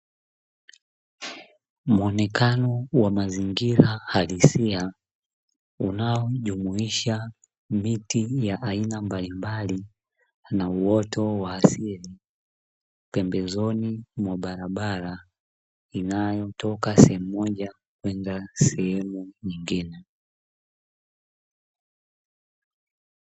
Mwonekano wa mazingira halisia unaojumuisha miti ya aina mbalimbali na uoto wa asili pembezoni mwa barabara, inayotoka sehemu moja kwenda sehemu nyingine.